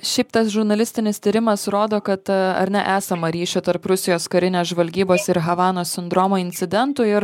šiaip tas žurnalistinis tyrimas rodo kad ar ne esama ryšio tarp rusijos karinės žvalgybos ir havanos sindromo incidentų ir